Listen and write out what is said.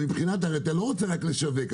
הרי אתה לא רוצה רק לשווק,